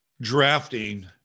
drafting